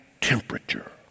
temperature